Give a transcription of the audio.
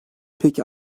peki